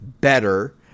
better